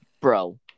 Bro